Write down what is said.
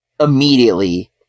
immediately